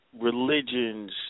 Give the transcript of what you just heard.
religions